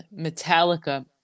Metallica